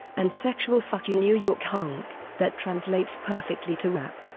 and sexual fuck-you new york honk that translates perfectly to rap.